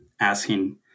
asking